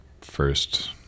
first